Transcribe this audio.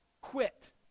quit